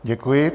Děkuji.